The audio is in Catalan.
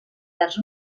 vers